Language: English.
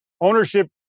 ownership